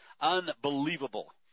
unbelievable